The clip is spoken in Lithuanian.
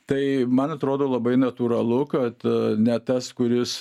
tai man atrodo labai natūralu kad ne tas kuris